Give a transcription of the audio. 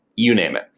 you name it.